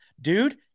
dude